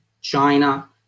China